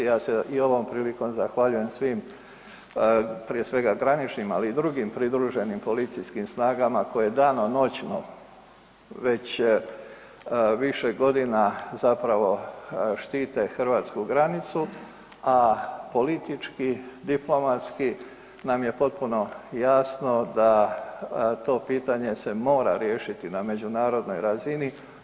Ja se i ovom prilikom zahvaljujem svim, prije svega graničnim, ali i drugim pridruženim policijskim snagama koje danonoćno već više godina zapravo štite hrvatsku granicu, a politički, diplomatski nam je potpuno jasno da to pitanje se mora riješiti na međunarodnoj razini.